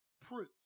proof